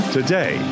Today